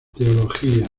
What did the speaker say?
teología